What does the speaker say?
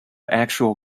actual